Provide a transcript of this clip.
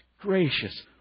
gracious